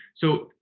so,